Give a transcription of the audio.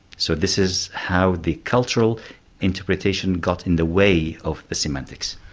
so this is how the cultural interpretation got in the way of the semantics.